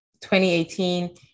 2018